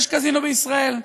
יש קזינו בישראל.